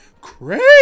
crazy